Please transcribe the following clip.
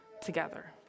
together